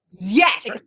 Yes